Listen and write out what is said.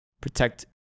protect